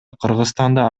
кыргызстанда